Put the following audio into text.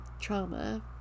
trauma